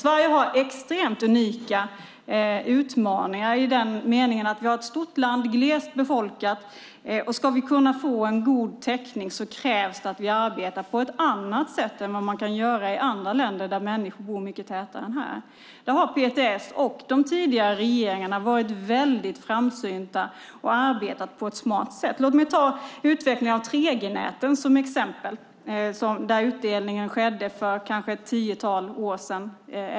Sverige har extremt unika utmaningar i den meningen att vi är ett stort land som är glest befolkat, och ska vi kunna få en god täckning krävs det att vi arbetar på ett annat sätt än vad man kan göra i andra länder där människor bor mycket tätare än här. Där har PTS och de tidigare regeringarna varit väldigt framsynta och arbetat på ett smart sätt. Låt mig ta utvecklingen av 3G-näten som exempel där utdelningen skedde för kanske ett tiotal år sedan.